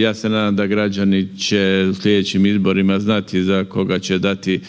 ja se nadam građani će u slijedećim izborima znati za koga će dati